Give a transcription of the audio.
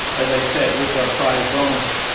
as i said, with our prize bonus.